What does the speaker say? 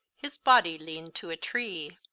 his body leaned to a tree.